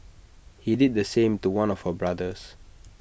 he did the same to one of her brothers